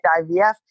IVF